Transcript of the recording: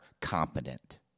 competent